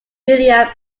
william